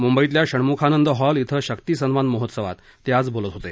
मुंबईतल्या षणम्खानंद हॉल इथं शक्तिसन्मान महोत्सवात ते आज बोलत होते